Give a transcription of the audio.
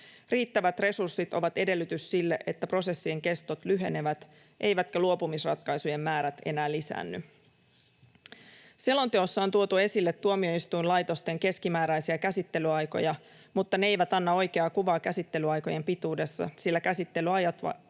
Riittävät resurssit ovat edellytys sille, että prosessien kestot lyhenevät eivätkä luopumisratkaisujen määrät enää lisäänny. Selonteossa on tuotu esille tuomioistuinlaitosten keskimääräisiä käsittelyaikoja, mutta ne eivät anna oikeaa kuvaa käsittelyaikojen pituudesta, sillä käsittelyajat vaihtelevat